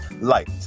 light